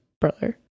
brother